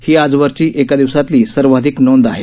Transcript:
ही आजरवरची एका दिवसातली सर्वाधिक नोंद आहे